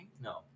No